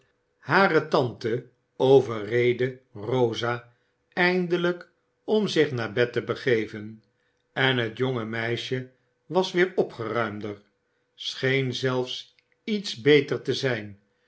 hare tante overreedde rosa eindelijk om zich i naar bed te begeven en het jonge meisje was weer opgeruimder scheen zelfs iets beter te zijn